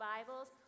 Bibles